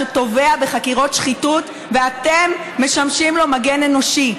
שטובע בחקירות שחיתות ואתם משמשים לו מגן אנושי.